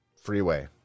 freeway